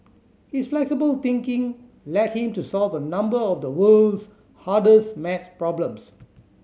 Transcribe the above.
his flexible thinking led him to solve a number of the world's hardest maths problems